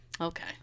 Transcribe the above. Okay